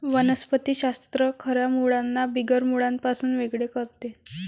वनस्पति शास्त्र खऱ्या मुळांना बिगर मुळांपासून वेगळे करते